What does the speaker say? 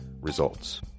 Results